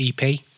EP